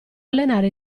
allenare